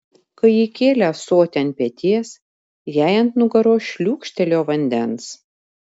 kai ji kėlė ąsotį ant peties jai ant nugaros šliūkštelėjo vandens